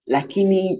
Lakini